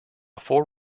fore